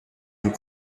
del